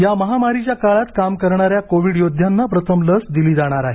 या महामारी च्या काळात काम करणाऱ्या कोविड योध्याना प्रथम लस दिली जाणार आहे